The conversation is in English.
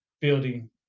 building